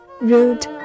rude